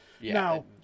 Now